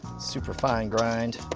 super fine grind.